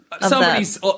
Somebody's